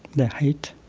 their hate.